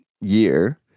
year